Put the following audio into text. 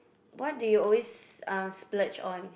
what do you always uh splurge on